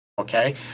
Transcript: okay